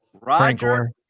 roger